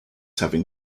having